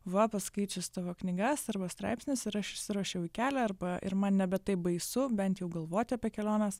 va paskaičius tavo knygas arba straipsnius ir aš įsirašiau į kelią arba ir man nebe taip baisu bent jau galvoti apie keliones